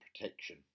protection